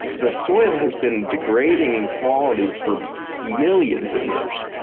the soil has been degrading in quality for millions of years.